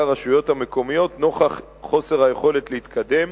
הרשויות המקומיות נוכח חוסר היכולת להתקדם